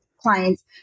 Clients